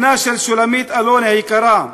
בנה של שלומית אלוני היקרה,